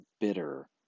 bitter